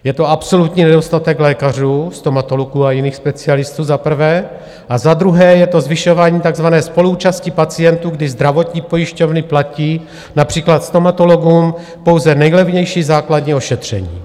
Je to absolutní nedostatek lékařů, stomatologů a jiných specialistů za prvé a za druhé je to zvyšování takzvané spoluúčasti pacientů, kdy zdravotní pojišťovny platí například stomatologům pouze nejlevnější základní ošetření.